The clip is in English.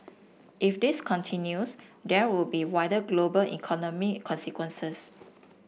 if this continues there could be wider global economic consequences